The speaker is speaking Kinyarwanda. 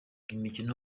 imikino